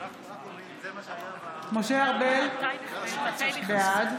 משה ארבל, בעד